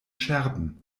scherben